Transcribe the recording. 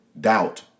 doubt